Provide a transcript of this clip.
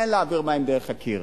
אין להעביר מים דרך הקיר.